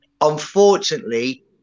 unfortunately